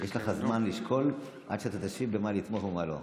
יש לך זמן לשקול, עד שתשיב, במה לתמוך ובמה לא.